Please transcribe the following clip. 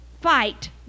fight